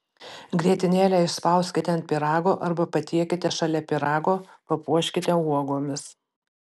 grietinėlę išspauskite ant pyrago arba patiekite šalia pyrago papuoškite uogomis